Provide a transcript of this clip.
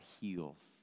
heals